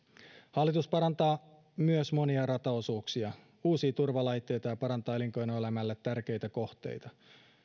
hallitus parantaa myös monia rataosuuksia uusii turvalaitteita ja parantaa elinkeinoelämälle tärkeitä kohteita